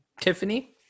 Tiffany